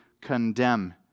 condemn